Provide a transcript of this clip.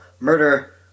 murder